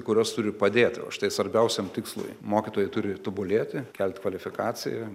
kurios turi padėt štai svarbiausiam tikslui mokytojai turi tobulėti kelt kvalifikaciją